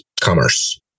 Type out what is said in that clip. commerce